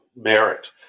merit